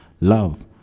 love